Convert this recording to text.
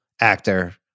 actor